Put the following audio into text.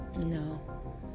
No